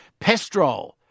Pestrol